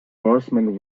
horsemen